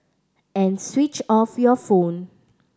and switch off your phone